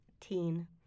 teen